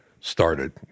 started